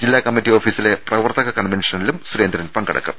ജില്ലാ കമ്മിറ്റി ഓഫീസിലെ പ്രവർത്തക കൺവെൻഷനിലും സുരേന്ദ്രൻ പങ്കെടു ക്കും